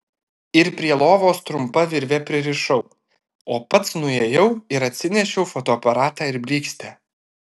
ir prie lovos trumpa virve pririšau o pats nuėjau ir atsinešiau fotoaparatą ir blykstę